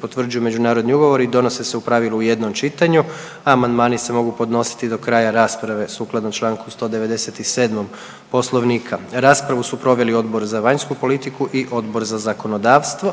potvrđuju međunarodni ugovori donose se u pravilu u jednom čitanju, a amandmani se mogu podnositi do kraja rasprave sukladno čl. 197. Poslovnika. Raspravu su proveli Odbor za vanjsku politiku i Odbor za zakonodavstvo.